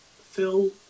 Phil